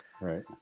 Right